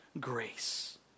grace